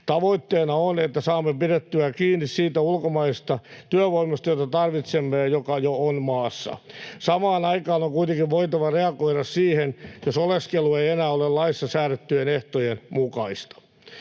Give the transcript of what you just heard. Tavoitteena on, että saamme pidettyä kiinni siitä ulkomaisesta työvoimasta, jota tarvitsemme ja joka jo on maassa. Samaan aikaan on kuitenkin voitava reagoida siihen, jos oleskelu ei enää ole laissa säädettyjen ehtojen mukaista.